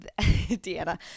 Deanna